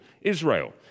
Israel